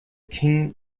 king